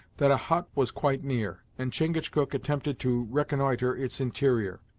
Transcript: that a hut was quite near, and chingachgook attempted to reconnnoitre its interior.